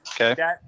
okay